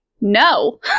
no